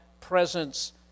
presence